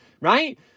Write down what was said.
right